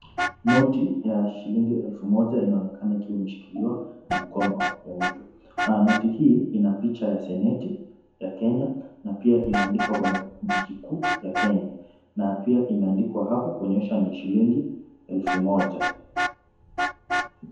Noti ya shilingi elfu moja inaonekana ikiwa imeshikiliwa na mkono wa mtu. Noti hii ina picha ya seneti ya Kenya na pia imeandikwa benki kuu ya Kenya na pia imeandikwa hapo kuonyesha ni shilingi elfu moja.